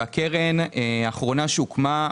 והקרן האחרונה שהוקמה,